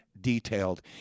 detailed